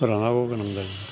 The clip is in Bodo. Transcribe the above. फोरानाबाबो गोनां जायो